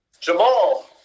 Jamal